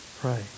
Pray